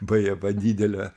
bajava didelė